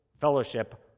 fellowship